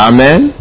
Amen